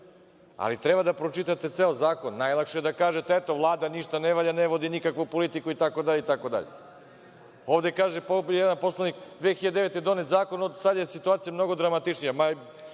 Ali, treba da pročitate ceo zakon. Najlakše je da kažete – eto, Vlada ništa ne valja, ne vodi nikakvu politiku itd. Ovde kaže jedan poslanik – 2009. godine je donet zakon, sada je situacija mnogo dramatičnija.